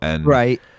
Right